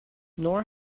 nor